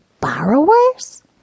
borrowers